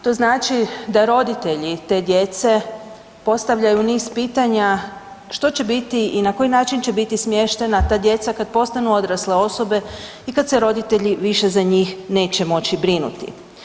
To znači da roditelji te djece postavljaju niz pitanja što će biti i na koji način će biti smještena ta djeca kad postanu odrasle osobe i kad se roditelji više za njih neće moći brinuti.